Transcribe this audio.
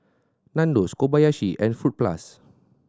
Nandos Kobayashi and Fruit Plus